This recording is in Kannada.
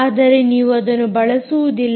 ಆದರೆ ನೀವು ಅದನ್ನು ಬಳಸುವುದಿಲ್ಲ